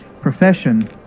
profession